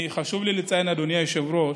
חשוב לי לציין, אדוני היושב-ראש,